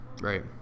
Right